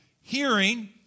hearing